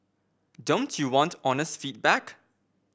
don't you want honest feedback